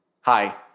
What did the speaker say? Hi